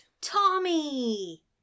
Tommy